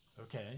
okay